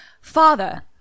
Father